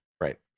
Right